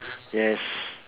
yes